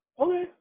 Okay